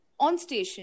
OnStation